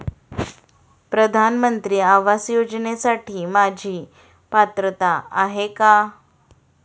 प्रधानमंत्री आवास योजनेसाठी माझी पात्रता आहे का?